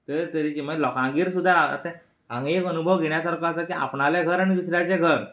तरे तरेचीं म्हणल्यार लोकांगेर सुद्दा हांगा एक अनुभव घेण्या सारको आसा की आपणालें घर आनी दुसऱ्याचें घर